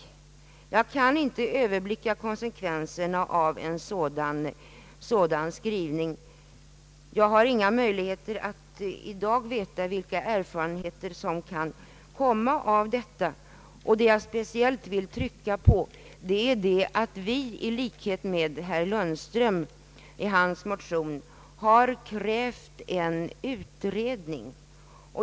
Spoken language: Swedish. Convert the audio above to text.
Jag kan inte överblicka konsekvenserna av en sådan skrivning, och jag har ingen möjlighet att i dag förutse vad som kan komma ut av detta. Jag vill speciellt framhålla att vi, i likhet med herr Lundström, har krävt en utredning.